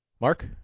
Mark